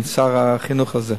עם שר החינוך על זה,